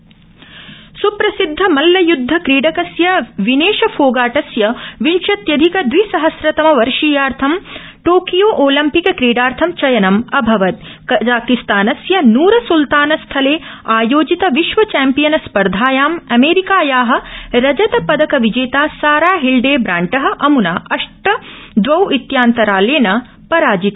मल्लयुद्धम् सुप्रसिदध मल्लय्दध क्रीडकस्य विनेश फोगाटस्य विंशत्यधिकदवि सहस्रतमवर्षीयार्थ येकियो ओलम्पिक क्रीडार्थ चयनं अभवत कजाकिस्तानस्य नूर स्ल्तानस्थले आयोजित विश्व चैम्पियन स्पर्धायां अमरीकाया रजत पदक विजेता सारा हिल्डे ब्रांट अमुना अष्टं द्वौ इत्यांतरालेन पराभूत